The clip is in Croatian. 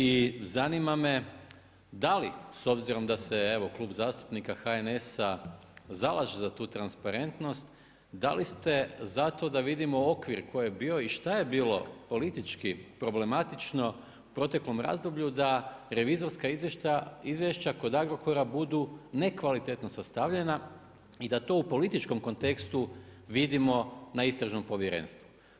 I zanima me da li s obzirom da se Klub zastupnika HNS-a zalaže za tu transparentnost, da li ste za to da vidimo okvir tko je bio i šta je bilo politički problematično u proteklom razdoblju da revizorska izvješća kod Agrokora budu nekvalitetno sastavljena i da to u političkom kontekstu vidimo na istražnom povjerenstvu.